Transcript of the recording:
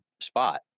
spot